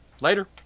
Later